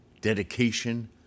dedication